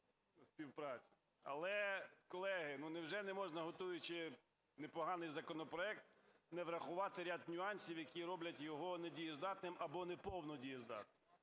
Але, колеги, невже не можна, готуючи непоганий законопроект, не врахувати ряд нюансів, які роблять його недієздатним або неповно дієздатним?